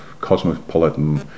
cosmopolitan